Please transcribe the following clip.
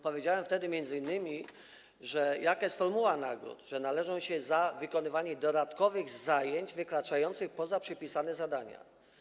Powiedziałem wtedy m.in., jaka jest formuła nagród, że należą się za wykonywanie dodatkowych zajęć wykraczających poza przypisane zadania.